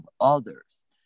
others